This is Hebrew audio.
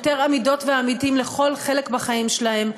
יותר עמידות ועמידים לכל חלק בחיים שלהם.